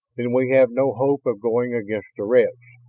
then we have no hope of going against the reds.